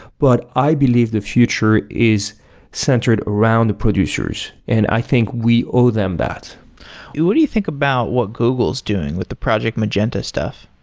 but i believe the future is centered around the producers, and i think we owe them that what do you think about what google is doing with the project magenta stuff?